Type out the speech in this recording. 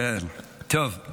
קודם כול,